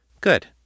Good